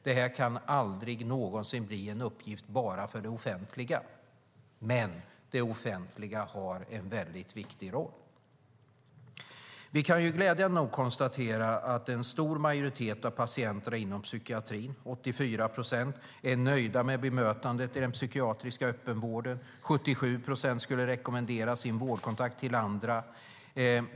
Det kan aldrig någonsin bli en uppgift bara för det offentliga, men det offentliga har en väldigt viktig roll. Glädjande nog kan vi konstatera att en stor majoritet av patienterna inom psykiatrin, 84 procent, är nöjd med bemötandet i den psykiatriska öppenvården. 77 procent skulle rekommendera sin vårdkontakt till andra.